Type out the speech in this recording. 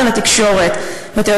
את תאתגרי אותו, סתיו.